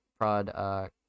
Prod